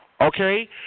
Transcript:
okay